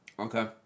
Okay